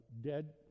dead